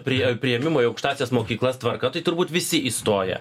priė priėmimo į aukštąsias mokyklas tvarka tai turbūt visi įstoja